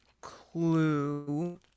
clue